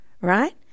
right